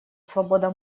свобода